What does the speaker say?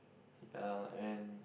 ya and